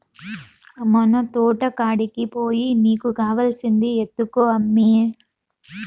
మన తోటకాడికి పోయి నీకు కావాల్సింది ఎత్తుకో అమ్మీ